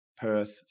Perth